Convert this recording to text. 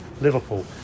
Liverpool